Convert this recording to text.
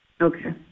Okay